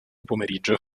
pomeriggio